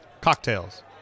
Cocktails